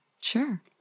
Sure